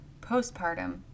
postpartum